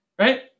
Right